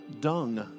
dung